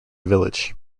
village